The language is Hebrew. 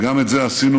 וגם את זה עשינו,